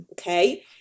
okay